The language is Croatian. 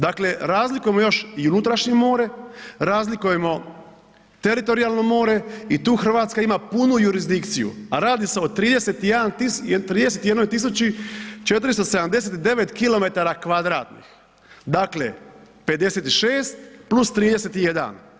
Dakle razlikujemo još i unutrašnje more, razlikujemo teritorijalno more i tu Hrvatska ima punu jurisdikciju, a radi se o 31.479 km2. dakle 56+31.